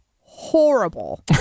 horrible